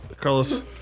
Carlos